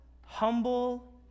humble